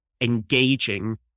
engaging